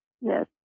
Yes